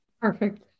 perfect